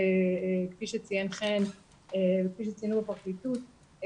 כפי שציין חן וכפי שציינו בפרקליטות,